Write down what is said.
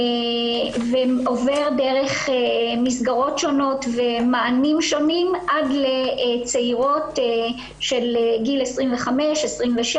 ועובר דרך מסגרות שונות ומענים שונים עד לצעירות של גיל 25-27,